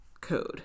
code